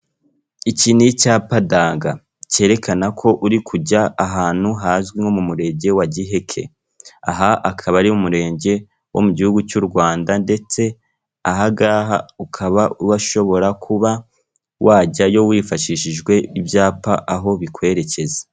Iki ni icya ndanga, kerekana ko uri kujya ahantu hazwi nko mu murenge wa Giheke, aha hakaba ari umurenge wo mu gihugu cy'u Rwanda ndetse ahangaha ukaba ushobora kuba wajyayo wifashishije ibyapa aho bikwerekeza.